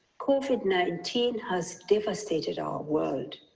covid nineteen has devastated our world.